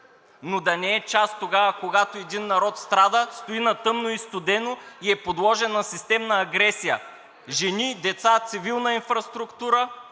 но да не е част тогава, когато един народ страда, стои на тъмно и студено и е подложен на системна агресия – жени и деца, цивилна инфраструктура,